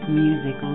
music